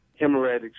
hemorrhagic